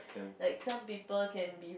like some people can be